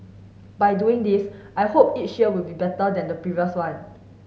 by doing this I hope each year will be better than the previous one